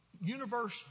universe